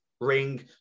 ring